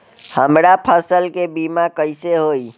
हमरा फसल के बीमा कैसे होई?